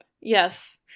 Yes